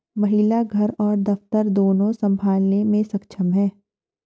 महिला घर और दफ्तर दोनो संभालने में सक्षम हैं